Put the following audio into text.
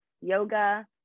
yoga